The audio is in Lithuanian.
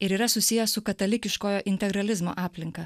ir yra susijęs su katalikiškojo integralizmo aplinka